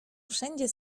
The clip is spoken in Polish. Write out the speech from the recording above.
wszędzie